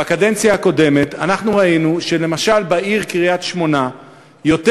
בקדנציה הקודמת ראינו שלמשל בעיר קריית-שמונה יותר